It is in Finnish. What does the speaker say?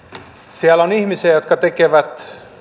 siellä on ihmisiä jotka tekevät